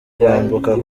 kwambuka